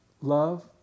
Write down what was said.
Love